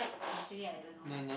actually I don't know lah